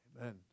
Amen